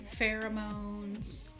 pheromones